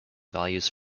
values